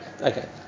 Okay